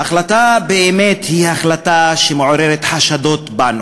ההחלטה מעוררת בנו חשדות,